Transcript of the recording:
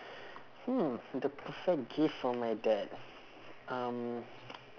hmm the perfect gift for my dad um